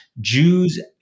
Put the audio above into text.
Jews